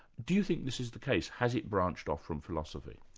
do you think this is the case, has it branched off from philosophy?